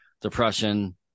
depression